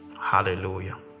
hallelujah